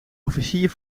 officier